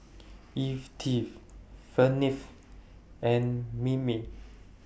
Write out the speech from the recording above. Yvette Felipe and Mimi